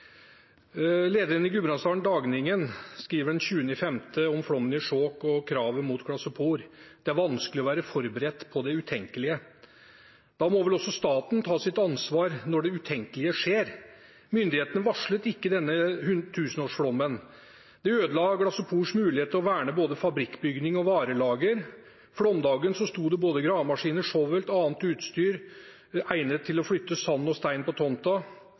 lederen i Gudbrandsdølen Dagningen sto det den 20. mai om flommen i Skjåk og kravet mot Glasopor at «det er vanskelig å være forberedt på det utenkelige». Da må vel også staten ta sitt ansvar når det utenkelige skjer. Myndighetene varslet ikke denne tusenårsflommen. Det ødela Glasopors mulighet til å verne både fabrikkbygning og varelager. På flomdagen sto det både gravemaskiner, shovel og annet utstyr egnet til å flytte sand og stein på tomta.